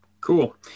Cool